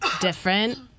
different